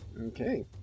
Okay